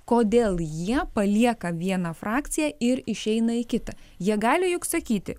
kodėl jie palieka vieną frakciją ir išeina į kitą jie gali juk sakyti